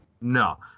No